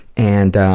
and